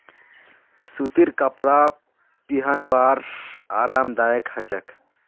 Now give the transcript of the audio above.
सूतीर कपरा पिहनवार आरामदायक ह छेक